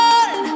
on